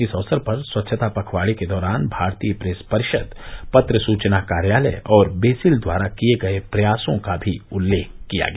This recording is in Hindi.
इस अवसर पर स्वच्छता पखवाड़े के दौरान भारतीय प्रेस परिषद पत्र सूचना कार्यालय और बेसिल द्वारा किए गए प्रयासों का भी उल्लेख किया गया